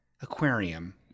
aquarium